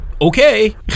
Okay